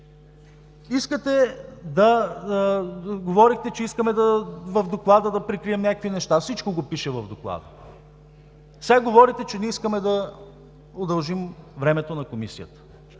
Искате да говорите, че искаме в доклада да прикрием някакви неща. Всичко го пише в доклада. Сега говорите, че не искаме да удължим времето на Комисията.